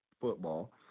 football